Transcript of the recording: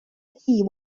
see